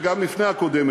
וגם לפני הקודמת.